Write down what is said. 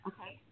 Okay